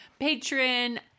patron